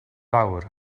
fawr